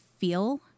feel